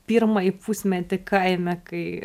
pirmąjį pusmetį kaime kai